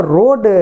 road